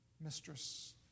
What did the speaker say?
mistress